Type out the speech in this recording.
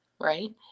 right